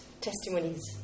testimonies